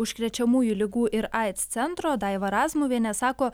užkrečiamųjų ligų ir aids centro daiva razmuvienė sako